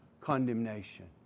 condemnation